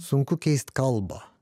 sunku keist kalbą